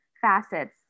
facets